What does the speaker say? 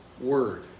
word